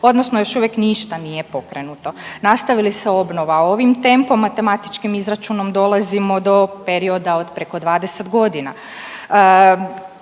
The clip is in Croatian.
odnosno još uvijek ništa nije pokrenuto. Nastavi li se obnova ovim tempom, matematičkim izračunom dolazimo do perioda od preko 20 godina.